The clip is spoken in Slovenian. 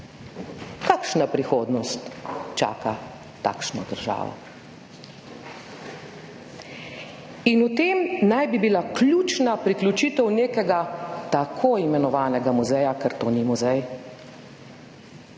Kakšna prihodnost čaka takšno državo? In v tem naj bi bila ključna priključitev nekega tako imenovanega muzeja, ker to ni muzej,